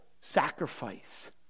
sacrifice